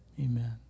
Amen